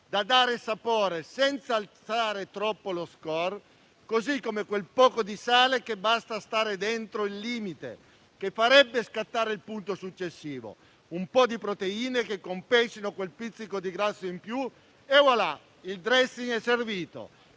da dare sapore senza alzare troppo lo *score*, così come quel poco di sale che basta a stare dentro il limite che farebbe scattare il punto successivo; un po' di proteine che compensino quel pizzico di grasso in più *et voilà*: il *dressing* è servito.